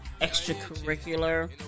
extracurricular